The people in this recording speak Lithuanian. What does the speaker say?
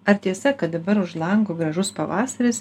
ar tiesa kad dabar už lango gražus pavasaris